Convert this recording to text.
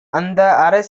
அந்த